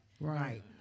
Right